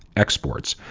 exports,